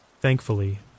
Thankfully